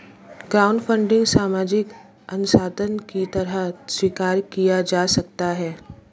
crowdfunding सामाजिक अंशदान की तरह स्वीकार किया जा सकता है